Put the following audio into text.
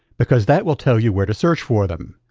because that will tell you where to search for them.